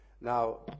Now